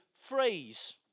phrase